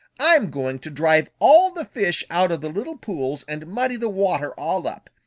i'm going to drive all the fish out of the little pools and muddy the water all up.